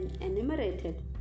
enumerated